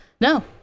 no